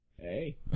Hey